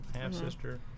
Half-sister